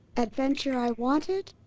adventure i wanted,